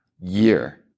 year